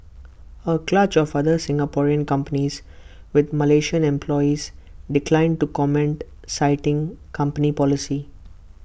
A clutch of other Singaporean companies with Malaysian employees declined to comment citing company policy